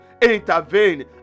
intervene